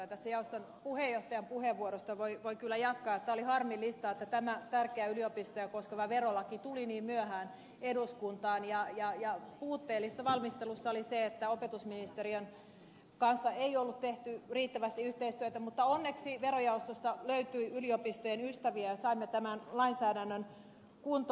tässä jaoston puheenjohtajan puheenvuorosta voi kyllä jatkaa että oli harmillista että tämä tärkeä yliopistoja koskeva verolaki tuli niin myöhään eduskuntaan ja puutteellista valmistelussa oli se että opetusministeriön kanssa ei ollut tehty riittävästi yhteistyötä mutta onneksi verojaostosta löytyi yliopistojen ystäviä ja saimme tämän lainsäädännön kuntoon